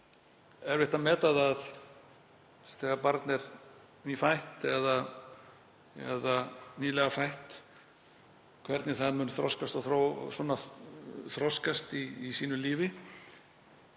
erfitt að meta það þegar barn er nýfætt eða nýlega fætt hvernig það muni þroskast í sínu lífi.